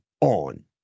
on